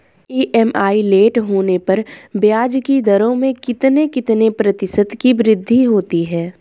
EMI late होने पर ब्याज की दरों में कितने कितने प्रतिशत की वृद्धि होती है?